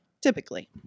typically